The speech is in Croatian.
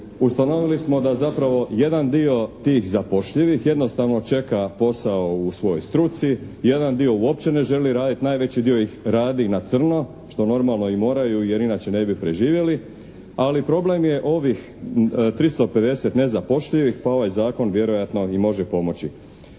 ustanovili smo da zapravo jedan dio tih zapošljivih jednostavno čeka posao u svojoj struci, jedan dio uopće ne želi raditi, najveći dio ih radi na crno što normalno i moraju jer inače ne bi preživjeli, ali problem je ovih 350 nezapošljivih pa ovaj zakon vjerojatno i može pomoći.